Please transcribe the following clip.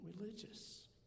religious